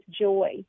joy